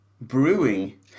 Brewing